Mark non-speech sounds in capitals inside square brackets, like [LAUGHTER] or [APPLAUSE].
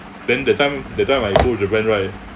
then that time that time I [NOISE] go japan right